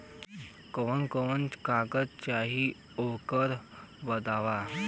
कवन कवन कागज चाही ओकर बदे?